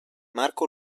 marco